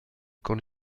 con